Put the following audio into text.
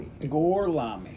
Gorlami